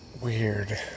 Weird